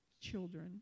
children